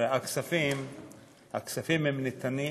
הכספים ניתנים